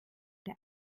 der